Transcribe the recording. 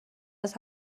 است